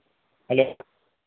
hello